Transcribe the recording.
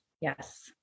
Yes